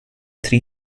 three